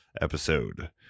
episode